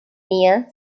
near